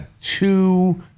two